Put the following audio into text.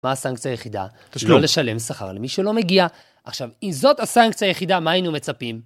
מה הסנקציה היחידה? פשוט לא לשלם שכר למי שלא מגיע. עכשיו, אם זאת הסנקציה היחידה, מה היינו מצפים?